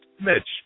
Mitch